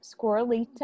Squirrelita